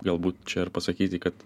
galbūt čia ir pasakyti kad